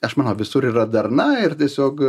aš manau visur yra darna ir tiesiog